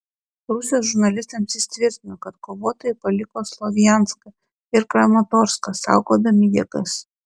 rusijos žurnalistams jis tvirtino kad kovotojai paliko slovjanską ir kramatorską saugodami jėgas